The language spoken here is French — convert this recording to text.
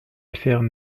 affaires